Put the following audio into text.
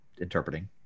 interpreting